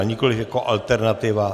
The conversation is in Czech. Nikoliv jako alternativa.